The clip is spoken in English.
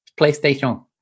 PlayStation